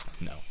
no